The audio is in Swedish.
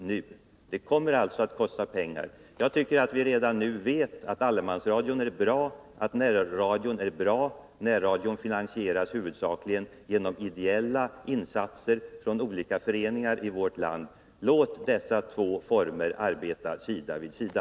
Det kommer alltså att kosta pengar. Jag tycker att vi redan nu vet att allemansradion är bra och att närradion är bra. Närradion finansieras huvudsakligen genom ideella insatser från olika föreningar i vårt land. Låt dessa båda former för lokal radioverksamhet arbeta sida vid sida!